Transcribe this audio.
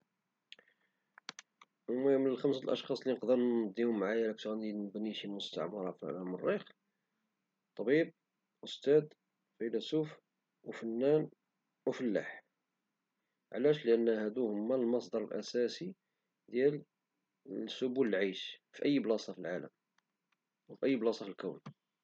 المهم من بين الخمس اشخاص اللي نقد نديهم معايا فاش غادي نبني شي مستعمرة في المريخ طبيب استاذ فيلسوف او فنان او فلاح، علاش؟ لان هادو هما المصدر الاساسي ديال سبل العيش في اي بلاصة في العالم في اي بلاصة في الكون